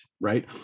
right